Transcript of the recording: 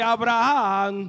Abraham